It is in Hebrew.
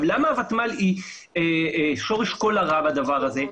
למה הוותמ"ל היא שורש כל הרע בדבר הזה?